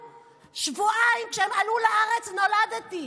שבועיים אחרי שהוריי עלו לארץ נולדתי,